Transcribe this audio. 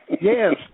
Yes